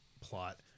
plot